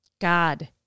God